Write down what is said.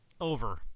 Over